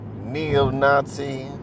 neo-Nazi